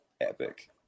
epic